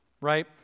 right